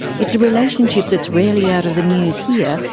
it's a relationship that's rarely out of the news here,